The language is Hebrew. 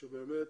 שבאמת